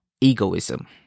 egoism